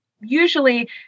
usually